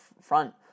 front